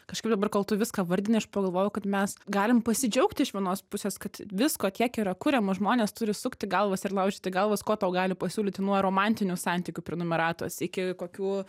kažkaip dabar kol tu viską vardiniai aš pagalvojau kad mes galim pasidžiaugti iš vienos pusės kad visko tiek yra kuriama žmonės turi sukti galvas ir laužyti galvas ko tau gali pasiūlyti nuo romantinių santykių prenumeratos iki kokių